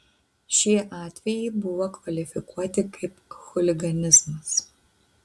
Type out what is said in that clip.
šie atvejai buvo kvalifikuoti kaip chuliganizmas